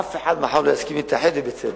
אף אחד לא יסכים להתאחד, ובצדק.